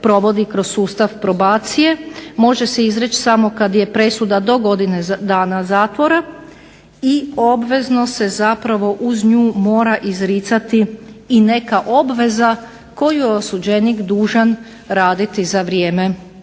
provodi kroz sustav probacije. Može se izreći samo kad je presuda do godine dana zatvora i obvezno se zapravo uz nju mora izricati i neka obveza koju je osuđenik dužan raditi za vrijeme